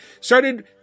Started